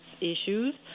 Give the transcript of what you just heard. issues